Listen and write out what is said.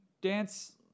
dance